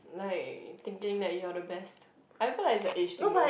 like thinking that you are the best I haven't like a age thing north